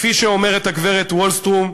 כפי שאומרת הגברת ולסטרם,